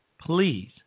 please